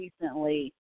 recently